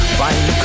find